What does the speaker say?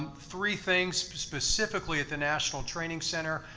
um three things, specifically at the national training center.